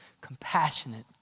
compassionate